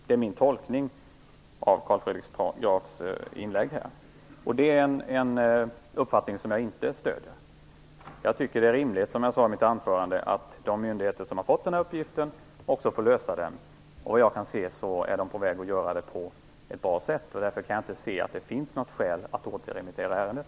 Det är min tolkning av Carl Fredrik Grafs inlägg. Det är en uppfattning som jag inte stödjer. Som jag sade i mitt anförande tycker jag att det är rimligt att de myndigheter som har fått uppgiften också får lösa den. Såvitt jag kan se är de på väg att göra det på ett bra sätt. Därför kan jag inte se att det finns något skäl att återremittera ärendet.